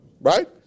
right